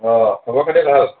অ' খবৰ খাতি ভাল